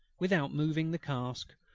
without moving the cask,